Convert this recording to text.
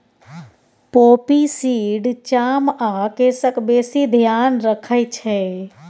poppy seed चाम आ केसक बेसी धेआन रखै छै